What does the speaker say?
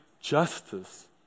justice